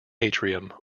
atrium